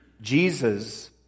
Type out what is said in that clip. Jesus